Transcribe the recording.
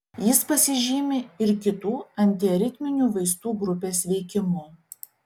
jis pasižymi ir kitų antiaritminių vaistų grupės veikimu